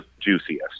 juiciest